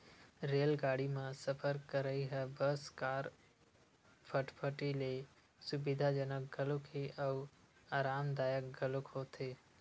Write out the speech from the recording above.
रेलगाड़ी म सफर करइ ह बस, कार, फटफटी ले सुबिधाजनक घलोक हे अउ अरामदायक घलोक होथे